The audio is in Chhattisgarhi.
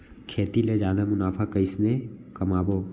खेती ले जादा मुनाफा कइसने कमाबो?